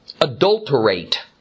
adulterate